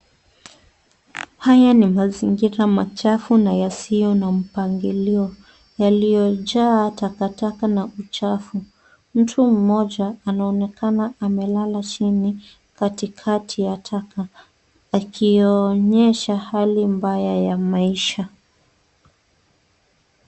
Haya ni mazingira machafu na yasiyo na mpangilio, yaliojaa takataka na uchafu. Mtu mmoja anaonekana amelala chini, katikati ya taka akioonyesha hali mbaya ya maisha.